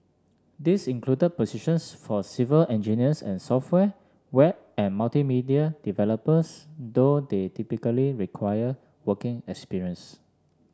these included positions for civil engineers and software web and multimedia developers though they typically required working experience